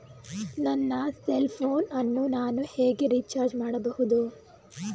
ನನ್ನ cell phone ಅನ್ನು ನಾನು ಹೇಗೆ ರಿಚಾರ್ಜ್ ಮಾಡಬಹುದು?